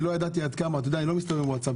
אין לי ווצאפ,